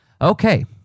Okay